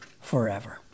forever